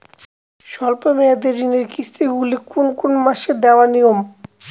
স্বল্প মেয়াদি ঋণের কিস্তি গুলি কোন কোন মাসে দেওয়া নিয়ম?